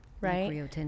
right